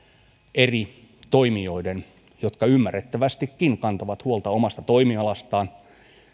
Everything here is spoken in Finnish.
eri toimijoita jotka ymmärrettävästikin kantavat huolta omasta toimialastaan kun